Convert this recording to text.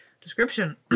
description